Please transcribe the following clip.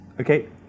Okay